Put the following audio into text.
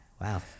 Wow